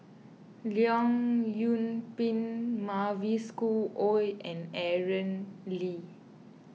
Leong Yoon Pin Mavis Khoo Oei and Aaron Lee